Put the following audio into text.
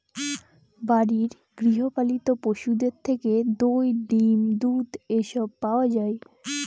বাড়ির গৃহ পালিত পশুদের থেকে দই, ডিম, দুধ এসব পাওয়া যায়